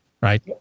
right